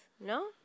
No